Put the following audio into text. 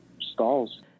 stalls